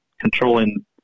controlling